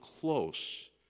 close